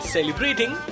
Celebrating